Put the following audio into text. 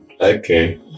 okay